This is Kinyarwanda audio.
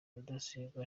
rudasingwa